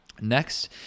Next